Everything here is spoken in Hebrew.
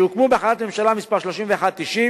שהוקמו בהחלטת ממשלה מס' 3190,